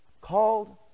called